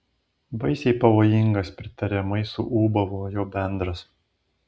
baisiai pavojingas pritariamai suūbavo jo bendras